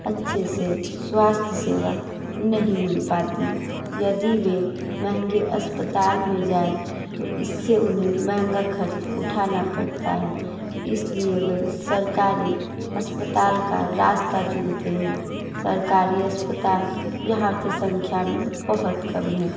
अच्छे से स्वास्थ्य सेवा नहीं मिल पाती यदि वे महंगे अस्पताल में जाएं तो इससे उन्हें महंगा ख़र्च उठाना पड़ता है इसलिए वे सरकारी अस्पताल का रास्ता चुनते हैं सरकारी अस्पताल यहाँ पर संख्या में बहुत कम है